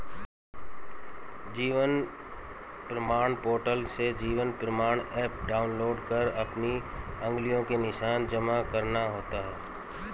जीवन प्रमाण पोर्टल से जीवन प्रमाण एप डाउनलोड कर अपनी उंगलियों के निशान जमा करना होता है